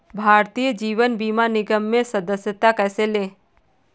भारतीय जीवन बीमा निगम में सदस्यता कैसे लें?